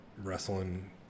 Wrestling